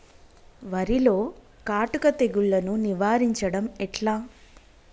వరిలో కాటుక తెగుళ్లను నివారించడం ఎట్లా?